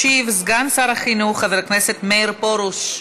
ישיב סגן שר החינוך חבר הכנסת מאיר פרוש.